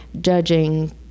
judging